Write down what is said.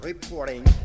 Reporting